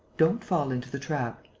don't fall into the trap.